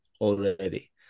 already